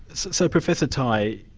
so, professor tai,